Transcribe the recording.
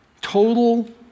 Total